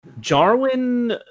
Jarwin